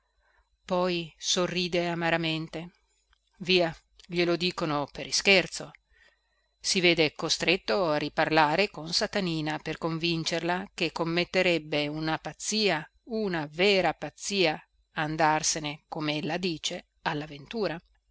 poi sorride amaramente via glielo dicono per ischerzo si vede costretto a riparlare con satanina per convincerla che commetterebbe una pazzia una vera pazzia a andarsene comella dice